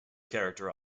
character